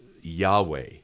Yahweh